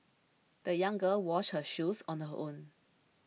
the young girl washed her shoes on her own